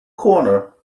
corner